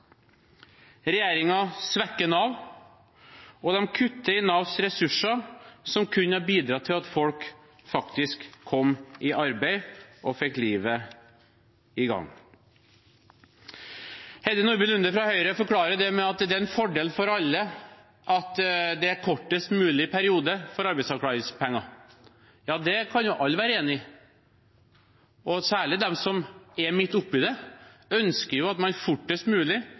svekker Nav og kutter i Navs ressurser, som kunne ha bidratt til at folk faktisk kom i arbeid og fikk livet i gang. Heidi Nordby Lunde fra Høyre forklarer det med at det er en fordel for alle at det er kortest mulig periode med arbeidsavklaringspenger. Ja, det kan alle være enig i. Særlig de som er midt oppi det, ønsker